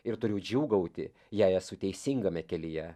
ir turiu džiūgauti jei esu teisingame kelyje